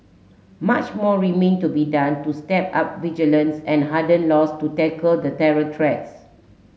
much more remain to be done to step up vigilance and harden laws to tackle the terror threats